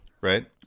right